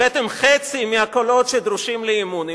הבאתם חצי מהקולות שדרושים לאי-אמון.